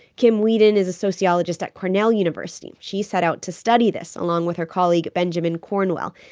kim weeden is a sociologist at cornell university. she set out to study this along with her colleague benjamin cornwell.